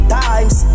times